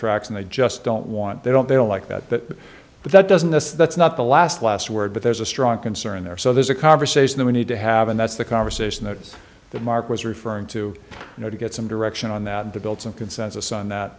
tracks and they just don't want they don't they don't like that but that doesn't us that's not the last last word but there's a strong concern there so there's a conversation we need to have and that's the conversation that that mark was referring to you know to get some direction on that and to build some consensus on that